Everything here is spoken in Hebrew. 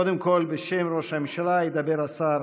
קודם כול, בשם ראש הממשלה ידבר השר